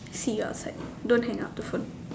see you outside don't hang up the phone